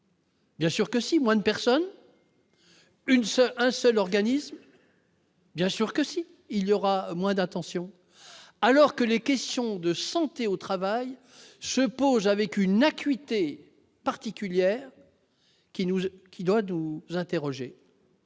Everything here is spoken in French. Bien sûr que si moins de personnes, nous sommes un seul organisme. Bien sûr que si, il y aura moins d'attention alors que les questions de santé au travail, se pose avec une acuité particulière qui nous a